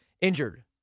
injured